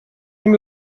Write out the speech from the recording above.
ihm